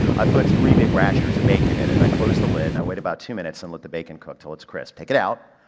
i put three big rashers of bacon in it and i close the lid and i wait about two minutes and let the bacon cook till it's crisp. take it out.